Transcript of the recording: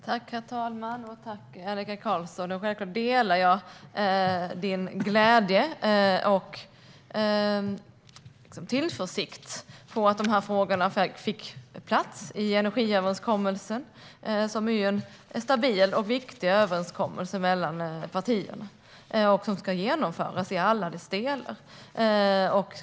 Herr talman! Tack, Annika Qarlsson! Självklart delar jag din glädje över att dessa frågor ingick i energiöverenskommelsen, som är en stabil och viktig överenskommelse mellan partierna och som ska genomföras i alla sina delar.